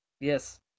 Yes